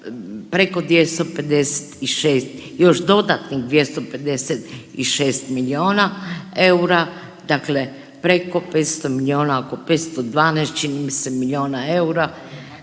preko 256 još dodatnih 256 miliona eura, dakle preko 500 miliona oko 512 čini mi se miliona eura